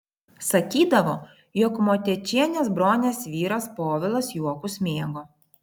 sakydavo jog motiečienės bronės vyras povilas juokus mėgo